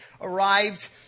arrived